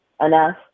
enough